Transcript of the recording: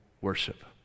worship